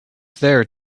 there